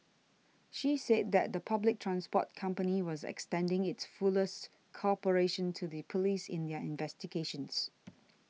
she said that the public transport company was extending its fullest cooperation to the police in their investigations